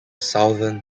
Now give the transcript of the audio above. southern